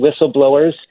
whistleblowers